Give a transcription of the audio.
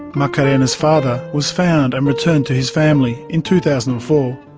macarena's father, was found and returned to his family in two thousand and four,